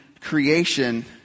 creation